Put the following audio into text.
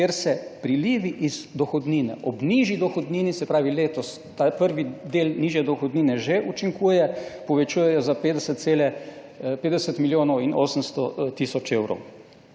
kjer se prilivi iz dohodnine ob nižji dohodnini, se pravi letos ta prvi del nižje dohodnine že učinkuje, povečujejo za 50 milijonov in 800 tisoč evrov.